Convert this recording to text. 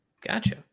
Gotcha